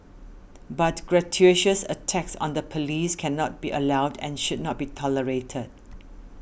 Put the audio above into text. but gratuitous attacks on the police cannot be allowed and should not be tolerated